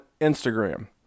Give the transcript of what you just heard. Instagram